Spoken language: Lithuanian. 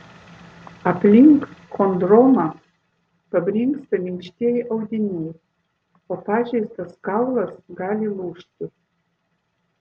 aplink chondromą pabrinksta minkštieji audiniai o pažeistas kaulas gali lūžti